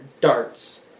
darts